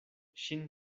ŝin